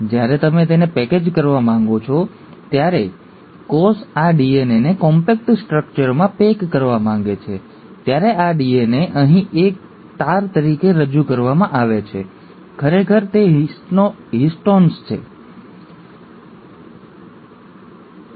જ્યારે તમે તેને પેકેજ કરવા માંગતા હો જ્યારે કોષ આ ડીએનએને કોમ્પેક્ટ સ્ટ્રક્ચરમાં પેક કરવા માંગે છે ત્યારે આ ડીએનએ અહીં તેને એક તાર તરીકે રજૂ કરવામાં આવે છે ખરેખર તે હિસ્ટોન્સ તરીકે ઓળખાતા પ્રોટીનના સેટની આસપાસ પવન ફૂંકે છે